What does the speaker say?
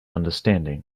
understanding